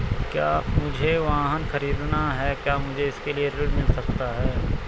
मुझे वाहन ख़रीदना है क्या मुझे इसके लिए ऋण मिल सकता है?